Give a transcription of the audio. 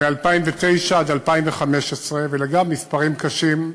מ-2009 עד 2015, אלה גם מספרים קשים,